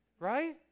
Right